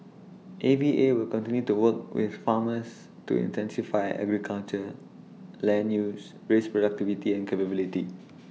A V A will continue to work with farmers to intensify agriculture land use raise productivity and capability